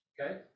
Okay